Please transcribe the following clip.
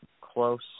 close